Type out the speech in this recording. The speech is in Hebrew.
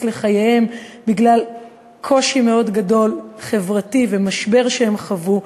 לחייהם בגלל קושי חברתי מאוד גדול ומשבר שהם חוו.